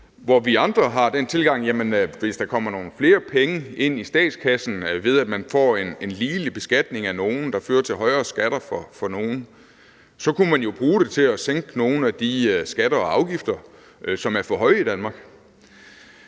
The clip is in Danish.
Vi andre har den tilgang, at hvis der kommer nogle flere penge ind i statskassen, ved at man får en ligelig beskatning af nogle, der så igen fører til højere skatter, kunne man jo bruge dem til at sænke nogle af de skatter og afgifter, som er for høje i Danmark.